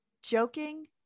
Joking